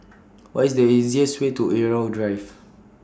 What IS The easiest Way to Irau Drive